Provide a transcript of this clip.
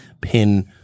pin